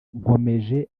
nkomeje